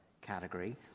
category